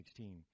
16